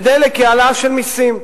בדלק זו העלאה של מסים.